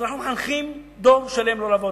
אנחנו מחנכים דור שלם לא לעבוד.